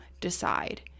decide